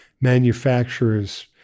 Manufacturers